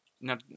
Now